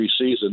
preseason –